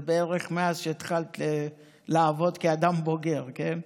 זה בערך מאז שהתחלת לעבוד כאדם בוגר, כן?